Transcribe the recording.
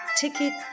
Ticket